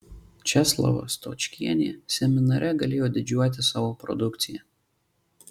česlava stočkienė seminare galėjo didžiuotis savo produkcija